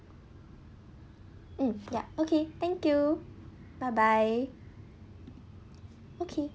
mm ya okay thank you bye bye okay